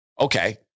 Okay